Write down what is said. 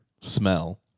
smell